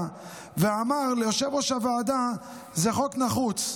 ואמר ליושב-ראש הוועדה: זה חוק נחוץ.